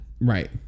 Right